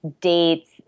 dates